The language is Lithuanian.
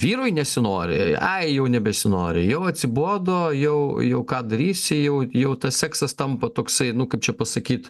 vyrui nesinori ai jau nebesinori jau atsibodo jau jau ką darysi jau jau tas seksas tampa toksai nu kaip čia pasakyt